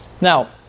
Now